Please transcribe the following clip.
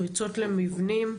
פריצות למבנים,